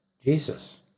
Jesus